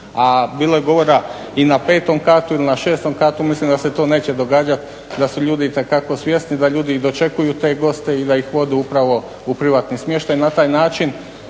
A bilo je govora i na 5. katu ili na 6. katu, mislim da se to neće događati, da su ljudi itekako svjesni, da ljudi i dočekuju te goste i da ih vode upravo u privatni smještaj.